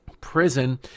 Prison